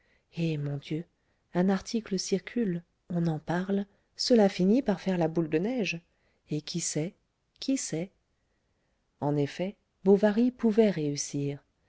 eh mon dieu un article circule on en parle cela finit par faire la boule de neige et qui sait qui sait en effet bovary pouvait réussir